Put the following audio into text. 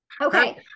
Okay